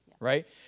Right